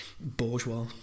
bourgeois